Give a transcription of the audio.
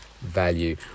value